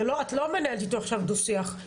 את לא מנהלת איתו עכשיו דו-שיח.